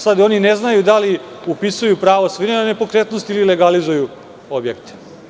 Sada oni ne znaju da li upisuju pravo svojine na nepokretnosti ili legalizuju objekte.